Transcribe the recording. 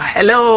Hello